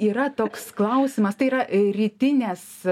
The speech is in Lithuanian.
yra toks klausimas tai yra rytinės